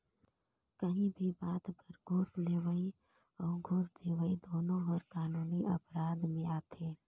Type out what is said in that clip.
काहीं भी बात बर घूस लेहई अउ घूस देहई दुनो हर कानूनी अपराध में आथे